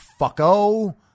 fucko